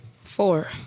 Four